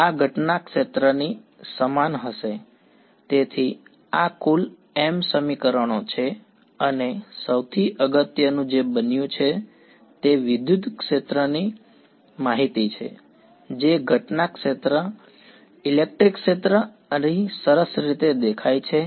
આ ઘટના ક્ષેત્રની સમાન હશે તેથી આ કુલ m સમીકરણો છે અને સૌથી અગત્યનું જે બન્યું છે તે વિદ્યુત ક્ષેત્ર વિશેની માહિતી છે જે ઘટના ઇલેક્ટ્રિક ક્ષેત્ર અહીં સરસ રીતે દેખાય છે